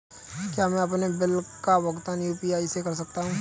क्या मैं अपने बिल का भुगतान यू.पी.आई से कर सकता हूँ?